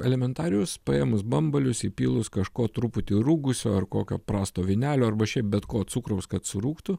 elementarius paėmus bambalius įpylus kažko truputį rūgusio ar kokio prasto vynelio arba šiaip bet ko cukraus kad surūgtų